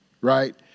Right